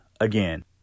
again